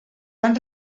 van